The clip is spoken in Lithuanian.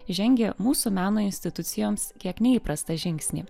žengė mūsų meno institucijoms kiek neįprastą žingsnį